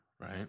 right